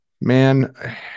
Man